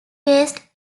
based